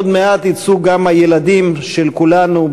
עוד מעט יצאו גם הילדים של כולנו,